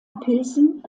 pilsen